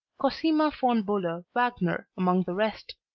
cosima von bulow-wagner among the rest.